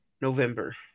November